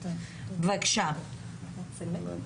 אבל אנחנו בהחלט לא יכולים